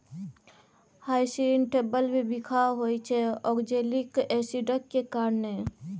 hyacinth bulb बिखाह होइ छै आक्जेलिक एसिडक कारणेँ